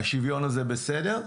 השוויון הזה בסדר.